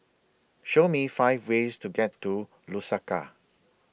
Show Me five ways to get to Lusaka